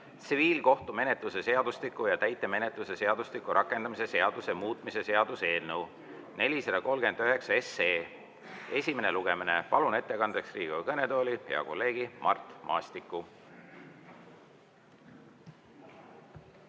tsiviilkohtumenetluse seadustiku ja täitemenetluse seadustiku rakendamise seaduse muutmise seaduse eelnõu 439 esimene lugemine. Palun ettekandeks Riigikogu kõnetooli hea kolleegi Mart Maastiku.